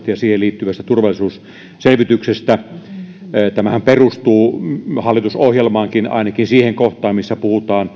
ja siihen liittyvästä turvallisuusselvityksestä tämähän perustuu hallitusohjelmaankin ainakin siihen kohtaan missä puhutaan